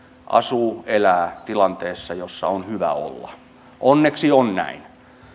asuu elää tilanteessa jossa on hyvä olla onneksi on näin